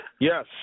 Yes